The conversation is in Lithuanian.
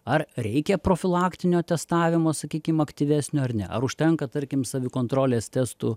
ar reikia profilaktinio testavimo sakykim aktyvesnio ar ne ar užtenka tarkim savikontrolės testų